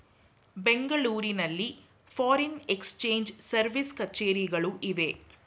ಬೆಂಗಳೂರಿನಲ್ಲಿ foreign exchange service ಕಛೇರಿಗಳು ಇವೆ